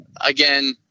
again